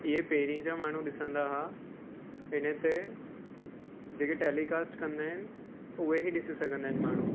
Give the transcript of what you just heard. इहे पहिरीं जा माण्हू ॾिसंदा हुआ हिन ते जेके टैलीकास्ट कंदा आहिनि उहे ई ॾिसी सघंदा आहिनि माण्हू